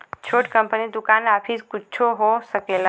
छोट कंपनी दुकान आफिस कुच्छो हो सकेला